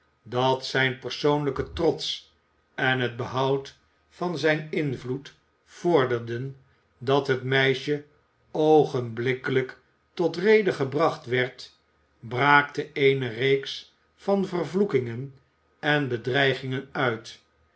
dat zijn persoonlijke trots en het behoud van zijn invloed vorderden dat het meisje oogenblikkelijk tot rede gebracht werd braakte eene reeks van vervloekingen en bedreigingen uit